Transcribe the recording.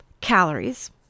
calories